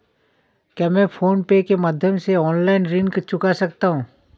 क्या मैं फोन पे के माध्यम से ऑनलाइन ऋण चुका सकता हूँ?